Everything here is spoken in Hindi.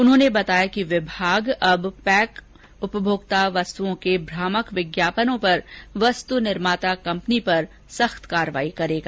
उन्होंने बताया कि विभाग अब पैक उपभोक्ता वस्तुओं के भ्रामक विज्ञापनों पर वस्तु निर्माता कंपनी पर सख्त कार्यवाही की जायेगी